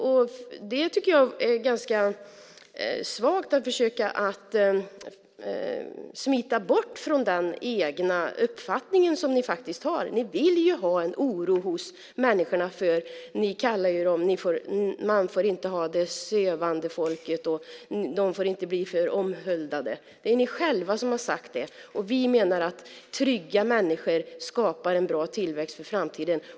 Jag tycker att det är ganska svagt att försöka smita från den egna uppfattningen, som ni faktiskt har. Ni vill ha en oro hos människorna. Man får inte ha det sövande folket, och de får inte bli för omhuldade. Det är ni själva som har sagt det. Vi menar att trygga människor skapar en bra tillväxt för framtiden.